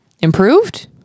improved